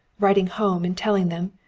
writing home and telling them,